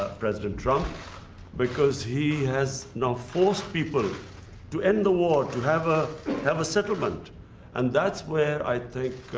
president trump because he has no forced people to end the war to have a have a settlement and that's where i think